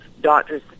doctors